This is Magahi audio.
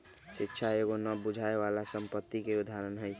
शिक्षा एगो न बुझाय बला संपत्ति के उदाहरण हई